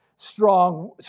Strong